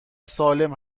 سالم